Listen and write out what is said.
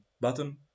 button